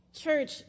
church